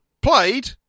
played